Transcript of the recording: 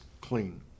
clean